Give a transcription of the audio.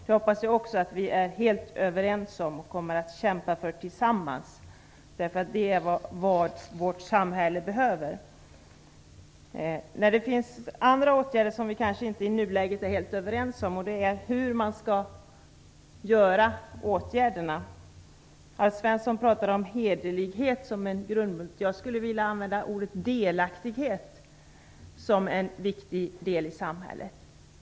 Jag hoppas att vi även är helt överens om det och kommer att kämpa för det tillsammans. Det är vad vårt samhälle behöver. Det finns andra saker som vi kanske inte är helt överens om i nuläget. Det är hur man skall vidta åtgärderna. Alf Svensson pratade om hederlighet som en grundbult. Jag skulle vilja använda ordet delaktighet som en viktig del i samhället.